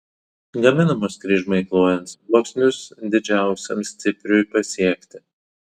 gaminamos kryžmai klojant sluoksnius didžiausiam stipriui pasiekti